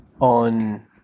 on